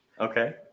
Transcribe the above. Okay